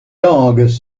langues